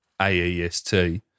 AEST